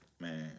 Man